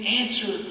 answer